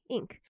,Ink